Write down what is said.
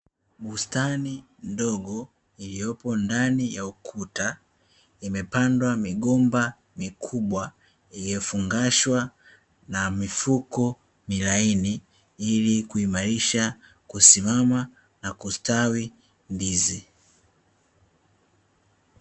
Bustani ndogo iliyopo ndani ya ukuta imepandwa migomba mikubwa iliyofungashwa na mifuko milaini ili kuimarisha, kusimama na kustawi ndizi.